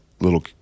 little